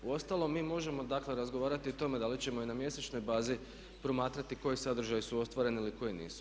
Uostalom mi možemo dakle razgovarati o tome da li ćemo i na mjesečnoj bazi promatrati koji sadržaji su ostvareni ili koji nisu.